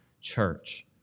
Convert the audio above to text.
church